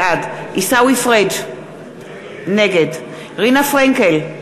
בעד עיסאווי פריג' נגד רינה פרנקל,